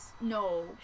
no